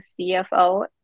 CFO